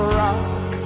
rock